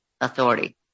authority